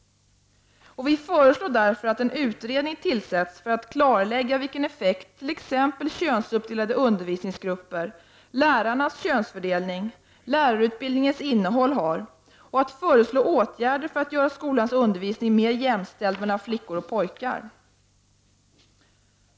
Vi föreslår därför att en utredning tillsätts för att klarlägga vilken effekt t.ex. könsuppdelade undervisningsgrupper, lärarnas könsfördelning och lärarutbildningens innehåll har samt för att föreslå åtgärder för att göra skolans undervisning mer jämställd mellan flickor och pojkar.